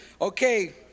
Okay